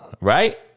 right